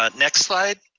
ah next slide.